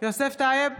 יוסף טייב,